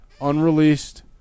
unreleased